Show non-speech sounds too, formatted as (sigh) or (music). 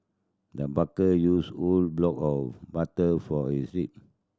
the (unintelligible) used a whole block of butter for recipe